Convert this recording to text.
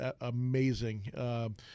amazing